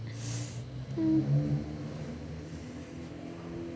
hmm